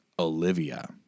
Olivia